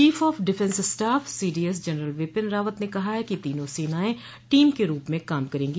chief of defence staff CDS general Bipin Rawat ने कहा है कि तीनों सेनाएं टीम के रूप में काम करेंगी